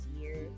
year